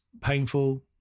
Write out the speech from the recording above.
painful